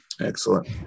Excellent